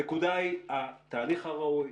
הנקודה היא התהליך הראוי,